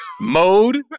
Mode